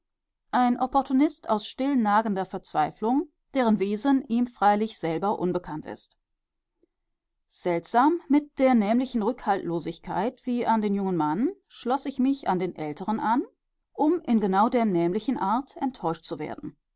ein opportunist aus still nagender verzweiflung deren wesen ihm freilich selber unbekannt ist seltsam mit der nämlichen rückhaltlosigkeit wie an den jungen mann schloß ich mich an den älteren an um in genau der nämlichen art enttäuscht zu werden